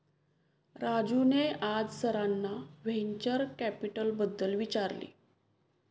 राजूने आज सरांना व्हेंचर कॅपिटलबद्दल विचारले